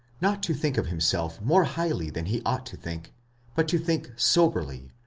not to think of himself more highly than he ought to think but to think soberly,